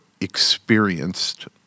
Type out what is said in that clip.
experienced